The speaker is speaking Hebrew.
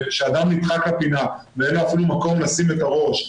וכשאדם נדחק לפינה ואין לו אפילו מקום לשים את הראש,